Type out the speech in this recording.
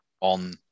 on